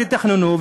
תתכננו,